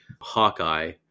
hawkeye